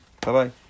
bye-bye